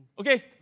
Okay